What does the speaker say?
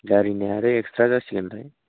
गारिना आरो एक्स्त्रा जासिगोनथाय